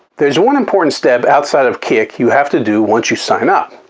there's one important step outside of kik you have to do once you sign up.